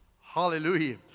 Hallelujah